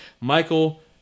Michael